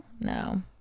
No